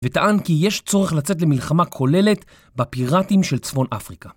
וטען כי יש צורך לצאת למלחמה כוללת בפיראטים של צפון אפריקה.